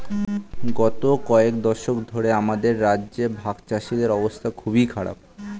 গত কয়েক দশক ধরে আমাদের রাজ্যে ভাগচাষীদের অবস্থা খুবই খারাপ